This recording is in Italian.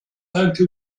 anche